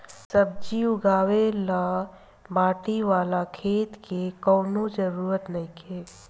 सब्जी उगावे ला माटी वाला खेत के कवनो जरूरत नइखे